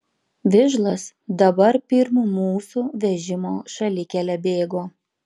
vižlas dabar pirm mūsų vežimo šalikele bėgo